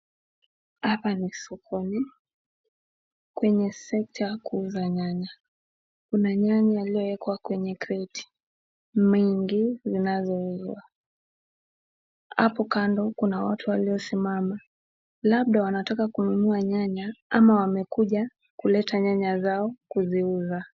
Hapa ni sokoni, kwenye sekta ya kuuza nyanya. Kuna nyanya iliyowekwa kwenye kreti mingi zinazouzwa. Hapo kando kuna watu waliosimama, labda wanataka kununua nyanya, ama wamekuja kuleta nyanya zao kuziuza.